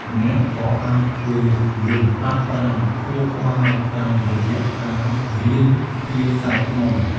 អ្នកក៏អាចធ្វើលំហាត់ប្រាណខួរក្បាលតាមរយៈការរៀនភាសាថ្មី។